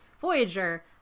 Voyager